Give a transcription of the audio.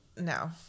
no